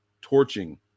torching